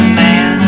man